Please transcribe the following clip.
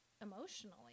emotionally